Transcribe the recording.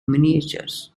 miniatures